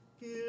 give